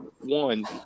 One